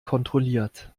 kontrolliert